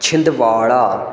Chhindwara